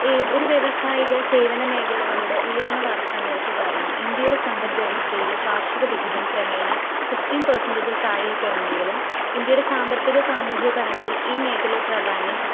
ഈ ഒരു വ്യാവസായിക സേവന മേഖലകളുടെ ഉയർന്ന വളർച്ചാ നിരക്ക് കാരണം ഇന്ത്യയുടെ സമ്പത് വ്യവസ്ഥയിലെ കാർഷിക വിഹിതം ക്രമേണ ഫിഫ്റ്റീൻ പേർസെൻറ്റേജിൽ താഴെ കുറഞ്ഞെങ്കിലും ഇന്ത്യയുടെ സാമ്പത്തിക സാമൂഹ്യ ഘടനയിൽ ഈ മേഖലയിൽ പ്രാധാന്യം